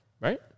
Right